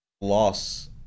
loss